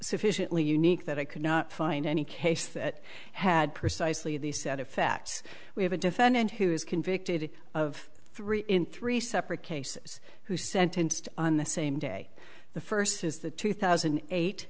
sufficiently unique that i could not find any case that had precisely the set of facts we have a defendant who is convicted of three in three separate cases who sentenced on the same day the first is the two thousand and eight